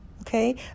okay